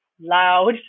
loud